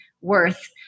worth